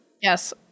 Yes